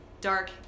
dark